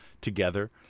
together